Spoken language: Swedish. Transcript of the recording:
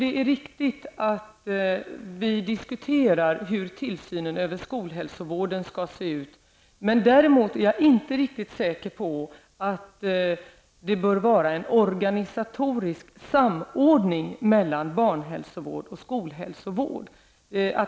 Det är riktigt att vi diskuterar hur tillsynen över skolhälsovården skall se ut, men jag är däremot inte riktigt säker på att det bör vara fråga om en organisatorisk samordning mellan barnhälsovård och skolhälsovård.